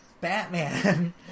Batman